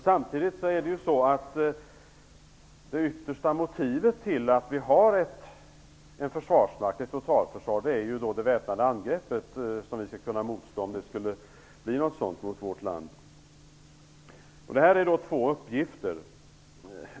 Samtidigt är det yttersta motivet till att vi har ett totalförsvar att vi skall kunna stå emot ett väpnat angrepp mot vårt land, om det blir ett sådant. Detta är två uppgifter.